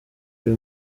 iyo